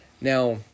Now